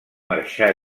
marxar